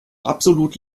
absolut